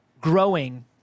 growing